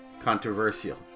controversial